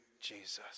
Jesus